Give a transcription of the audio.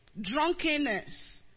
drunkenness